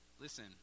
Listen